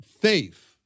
faith